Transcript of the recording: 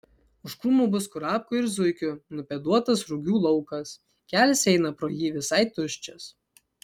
už krūmų bus kurapkų ir zuikių nupėduotas rugių laukas kelias eina pro jį visai tuščias